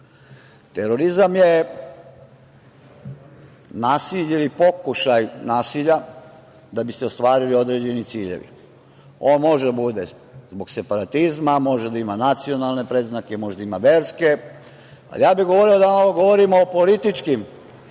Terorizam je nasilje ili pokušaj nasilja da bi se ostvarili određeni ciljevi. On može da bude zbog separatizma, može da ima nacionalne predznake, može da ima verske, ali ja bih govorio o političkom